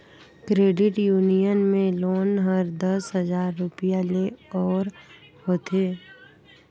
credit union में loan हर दस हजार रूपिया ले ओर होथे